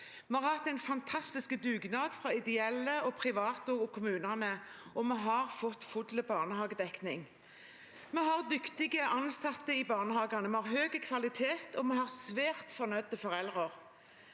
Vi har hatt en fantastisk dugnad fra ideelle, private og kommunene, og vi har fått full barnehagedekning. Vi har dyktige ansatte i barnehagene, vi har høy kvalitet, og vi har svært fornøyde foreldre.